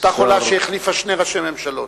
אותה חולה שהחליפה שני ראשי ממשלות.